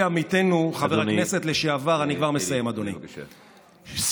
עמיתנו חבר הכנסת לשעבר שמעון סולומון,